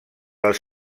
les